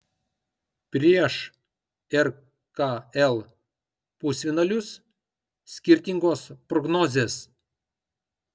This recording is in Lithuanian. prieš rkl pusfinalius skirtingos prognozės